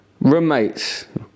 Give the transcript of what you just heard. Roommates